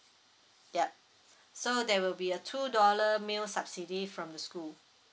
yup so there will be a two dollar meal subsidy from school